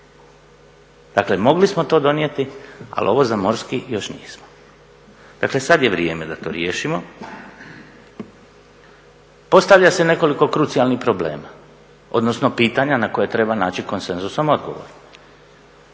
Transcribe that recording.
Dakle, mogli smo to donijeti, ali ovo za morski još nismo. Dakle, sad je vrijeme da to riješimo. Postavlja se nekoliko krucijalnih problema, odnosno pitanja na koja treba naći konsenzusom odgovor.